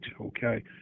okay